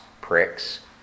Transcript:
pricks